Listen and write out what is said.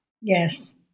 Yes